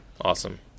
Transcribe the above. Awesome